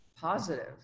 positive